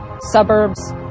suburbs